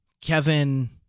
Kevin